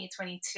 2022